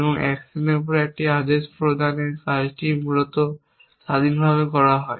এবং অ্যাকশনের উপর একটি আদেশ প্রদানের কাজটি মূলত স্বাধীনভাবে করা হয়